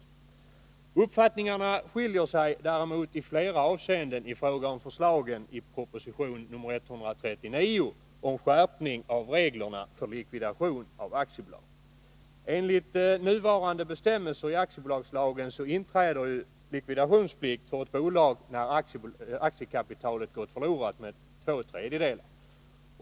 Uppfattningarna skiljer sig däremot i flera avseenden i fråga om förslaget i proposition 139 om skärpning av reglerna för likvidation av aktiebolag. Enligt nuvarande bestämmelser i aktiebolagslagen inträder likvidationsplikt för ett bolag när aktiekapitalet gått förlorat med två tredjedelar.